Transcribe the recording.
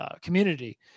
community